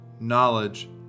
knowledge